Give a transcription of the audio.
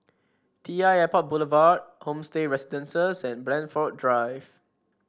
T I Airport Boulevard Homestay Residences and Blandford Drive